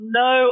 no